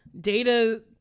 data